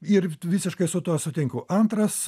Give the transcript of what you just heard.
ir t visiškai su tuo sutinku antras